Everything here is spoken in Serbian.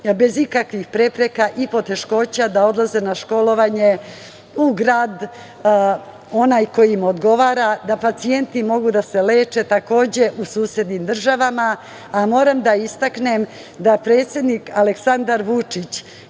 bez ikakvih poteškoća da odlaze na školovanje u grad, onaj koji im odgovara, da pacijenti mogu da se leče takođe u susednim državama. Moram da istaknem da predsednik Aleksandar Vučić,